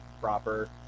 proper